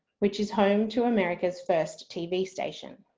which is home to america's first tv station.